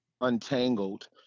untangled